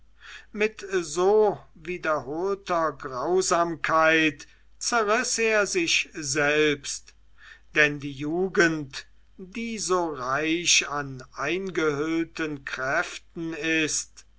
mit so wiederholter grausamkeit zerriß er sich selbst denn die jugend die so reich an eingehüllten kräften ist